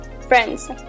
Friends